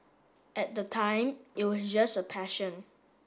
at the time it was just a passion